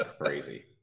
crazy